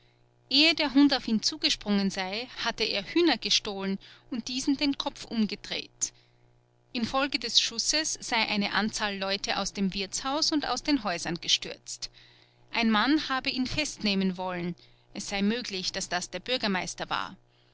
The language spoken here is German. ehe der hund auf ihn zugesprungen sei hatte er hühner gestohlen stohlen und diesen den kopf umgedreht infolge des schusses sei eine anzahl leute aus dem wirtshaus und aus den häusern gestürzt ein mann habe ihn festnehmen wollen es sei möglich daß das der bürgermeister war